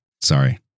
Sorry